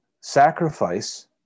sacrifice